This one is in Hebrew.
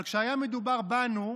אבל כשהיה מדובר בנו,